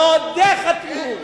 ועוד איך חתמו.